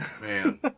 man